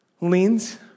leans